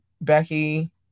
Becky